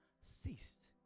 ceased